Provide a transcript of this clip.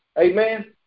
Amen